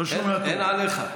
אין עליך.